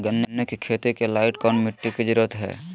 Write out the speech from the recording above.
गन्ने की खेती के लाइट कौन मिट्टी की जरूरत है?